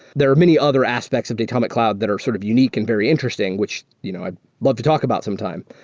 there are many other aspects of datomic cloud that are sort of unique and very interesting, which you know i love to talk about sometime,